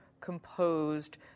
composed